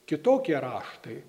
kitokie raštai